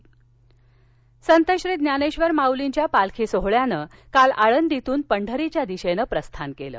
पंढरीची वारी संत श्री ज्ञानेश्वर माउलींच्या पालखी सोहळ्यानं काल आळंदीतून पंढरीच्या दिशेनं प्रस्थान केलं